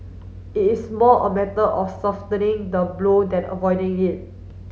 it is more a matter of softening the blow than avoiding it